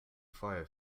fire